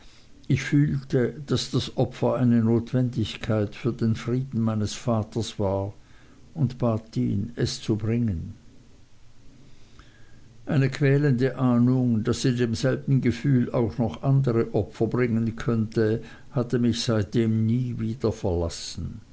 ich fühlte daß das opfer eine notwendigkeit für den frieden meines vaters war und bat ihn es zu bringen eine quälende ahnung daß sie demselben gefühl auch noch andere opfer bringen könnte hatte mich seitdem nie wieder verlassen